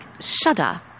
shudder